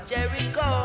Jericho